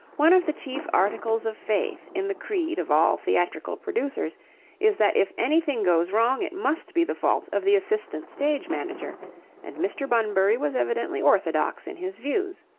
one of the chief articles of faith in the creed of all theatrical producers is that if anything goes wrong it must be the fault of the assistant stage manager and mr. bunbury was evidently orthodox in his views.